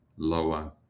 lower